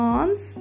Arms